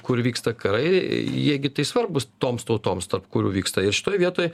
kur vyksta karai jie gi tai svarbūs toms tautoms tarp kurių vyksta ir šitoj vietoj